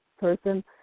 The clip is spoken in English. person